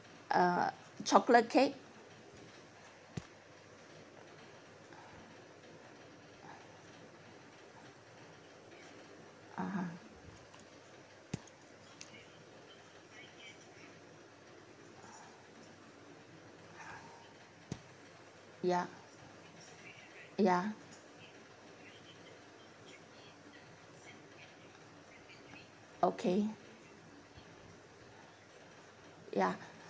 uh chocolate cake (uh huh) ya ya okay ya